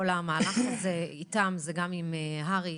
איפה נשמע דבר כזה?